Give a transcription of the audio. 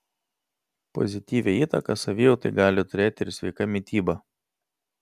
pozityvią įtaką savijautai gali turėti ir sveika mityba